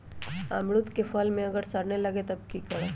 अमरुद क फल म अगर सरने लगे तब की करब?